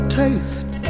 taste